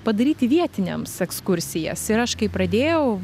padaryti vietiniams ekskursijas ir aš kai pradėjau